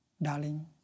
Darling